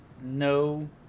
no